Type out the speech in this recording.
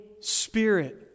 Spirit